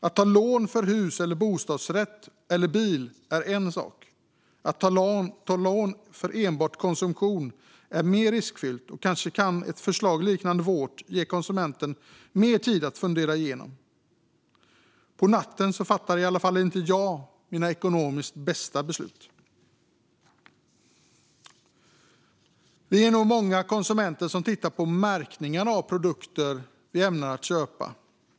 Att ta lån för hus, bostadsrätt eller bil är en sak. Att ta lån för enbart konsumtion är mer riskfyllt, och kanske kan ett förslag liknande vårt ge konsumenten mer tid att fundera igenom. På natten fattar i alla fall inte jag mina ekonomiskt bästa beslut. Vi är nog många konsumenter som tittar på märkningarna av produkter vi ämnar köpa.